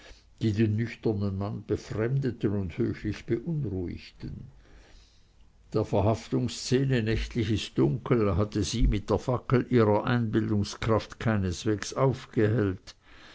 die den nüchternen mann befremdeten und höchlich beunruhigten der verhaftungsszene nächtliches dunkel hatte sie mit der fackel ihrer einbildungskraft keineswegs aufgehellt